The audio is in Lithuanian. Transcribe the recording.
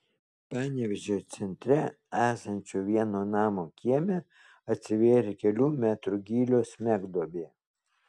panevėžio centre esančio vieno namo kieme atsivėrė kelių metrų gylio smegduobė